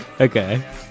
Okay